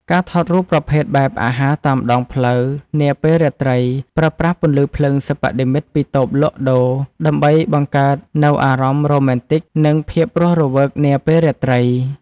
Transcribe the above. ការថតរូបប្រភេទបែបអាហារតាមដងផ្លូវនាពេលរាត្រី ប្រើប្រាស់ពន្លឺភ្លើងសិប្បនិម្មិតពីតូបលក់ដូរ ដើម្បីបង្កើតនូវអារម្មណ៍រ៉ូមែនទិក និងភាពរស់រវើកនាពេលរាត្រី។